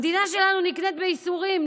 המדינה שלנו נקנית בייסורים,